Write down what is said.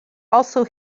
also